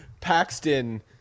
Paxton